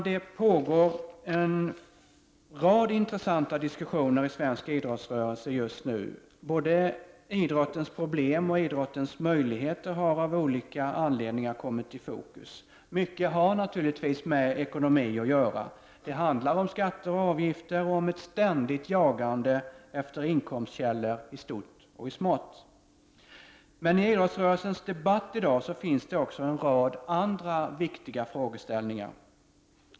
Det pågår just nu en rad intressanta diskussioner inom svensk idrottsrörelse. Både idrottens problem och idrottens möjligheter har av olika anledningar kommit i fokus. Mycket har naturligtvis med ekonomi att göra. Det handlar om skatter och avgifter, och om ett ständigt jagande efter inkomstkällor i stort och smått. Men i idrottsrörelsens debatt finns också en rad andra viktiga frågeställningar.